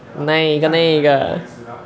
那一个那个